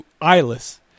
Eyeless